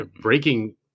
breaking